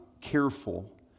careful